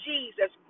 Jesus